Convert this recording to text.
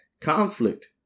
conflict